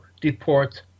deport